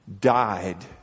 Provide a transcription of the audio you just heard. died